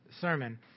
sermon